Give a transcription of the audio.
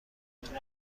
میمیرم